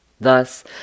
Thus